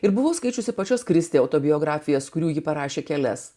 ir buvau skaičiusi pačios kristei autobiografijos kurių ji parašė kelias